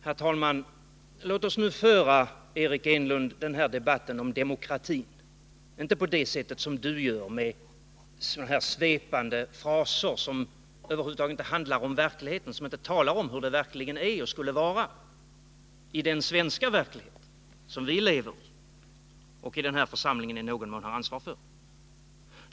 Herr talman! Låt oss nu, Eric Enlund, föra den här debatten om demokrati, inte på det sätt som du gör, med svepande fraser som över huvud taget inte handlar om verkligheten, som inte talar om hur det verkligen är och hur det skulle vara i den svenska verklighet som vi lever i och som vi i den här församlingen i någon mån har ansvar för.